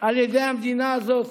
על ידי המדינה הזאת